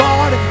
God